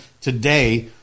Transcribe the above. today